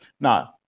Now